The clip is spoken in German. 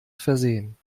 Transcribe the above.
versehen